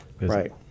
Right